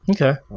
Okay